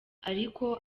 ariko